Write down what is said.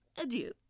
adieu